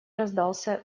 раздался